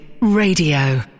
Radio